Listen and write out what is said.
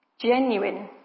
Genuine